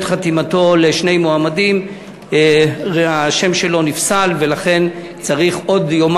על כמה סיבובים שהיה צריך לעשות בבחירות,